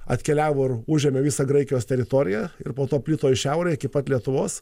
atkeliavo ir užėmė visą graikijos teritoriją ir po to plito į šiaurę iki pat lietuvos